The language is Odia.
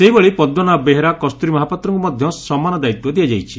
ସେହିଭଳି ପଦୁନାଭ ବେହେରା କସ୍ତୁରୀ ମହାପାତ୍ରଙ୍କୁ ମଧ୍ଧ ସମାନ ଦାୟିତ୍ୱ ଦିଆଯାଇଛି